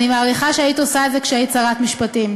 אני מעריכה שהיית עושה את זה כשהיית שרת משפטים.